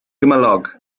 gymylog